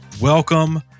Welcome